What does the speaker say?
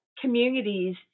communities